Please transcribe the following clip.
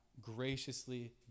graciously